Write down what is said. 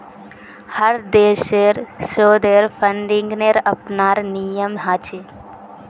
हर देशेर शोधेर फंडिंगेर अपनार नियम ह छे